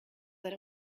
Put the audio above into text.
that